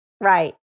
right